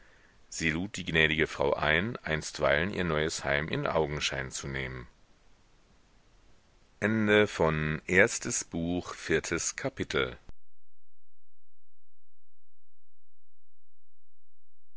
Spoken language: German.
sie lud die gnädige frau ein einstweilen ihr neues heim in augenschein zu nehmen fünftes kapitel